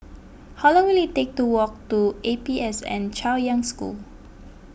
how long will it take to walk to A P S N Chaoyang School